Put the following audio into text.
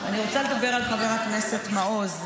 אני רוצה לדבר על חבר הכנסת מעוז,